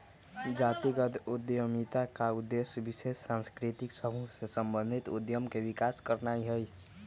जातिगत उद्यमिता का उद्देश्य विशेष सांस्कृतिक समूह से संबंधित उद्यम के विकास करनाई हई